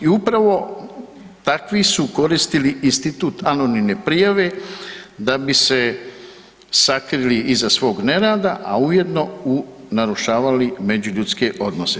I upravo takvi su koristili institut anonimne prijave da bi se sakrili iza svog nerada, a ujedno narušavali međuljudske odnose.